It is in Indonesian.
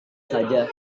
saja